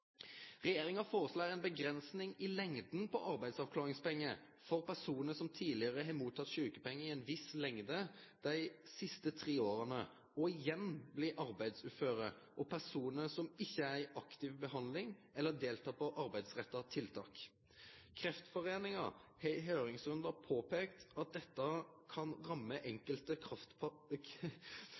Regjeringa foreslår ei avgrensing i lengda på arbeidsavklaringpengar for personar som tidlegare har motteke sjukepengar i ei viss tid dei siste tre åra og igjen blir arbeidsuføre, og personar som ikkje er i aktiv behandling eller deltek på arbeidsretta tiltak. Kreftforeininga har i høyringsrundar peika på at dette kan ramme enkelte